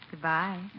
Goodbye